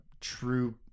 true